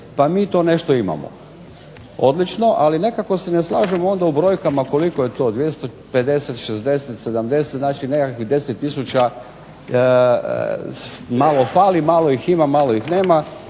pa mi to nešto imamo. Odlično, ali nekako se ne slažemo onda u brojkama koliko je to 250, 60, 70, znači nekakvih 10 tisuća malo fali, malo ih ima, malo ih nema,